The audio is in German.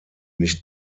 nicht